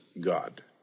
God